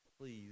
please